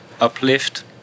uplift